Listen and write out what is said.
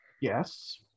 Yes